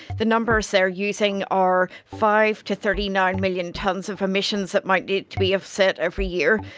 the numbers they're using are five to thirty nine million tonnes of emissions that might need to be offset every year.